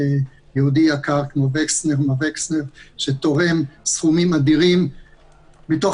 ליהודי יקר כמו וקסנר שתורם סכומים אדירים מתוך